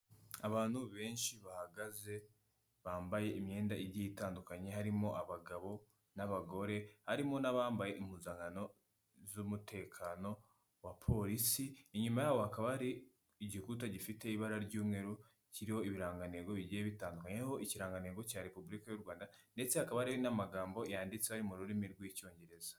Abantu benshi bahagaze bambaye imyenda igiye itandukanye, harimo abagabo n'abagore, harimo n'abambaye impuzankano z'umutekano wa porisi, inyuma yabo hakaba hari igikuta gifite ibara ry'umweru, kiriho ibirangantego bigiye bitandukanye, hariho ikirangantego cya Repuburika y'u Rwanda, ndetse hakaba hariho n'amagambo yanditseho ari mu rurimi rw'Icyongereza.